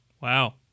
Wow